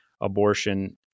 abortion